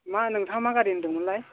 मा नोंथाङा मा गारि होन्दोंमोनलाय